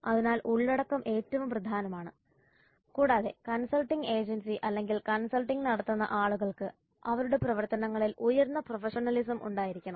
അതിനാൽ ഉള്ളടക്കം ഏറ്റവും പ്രധാനമാണ് കൂടാതെ കൺസൾട്ടിംഗ് ഏജൻസി അല്ലെങ്കിൽ കൺസൾട്ടിംഗ് നടത്തുന്ന ആളുകൾക്ക് അവരുടെ പ്രവർത്തനങ്ങളിൽ ഉയർന്ന പ്രൊഫഷണലിസം ഉണ്ടായിരിക്കണം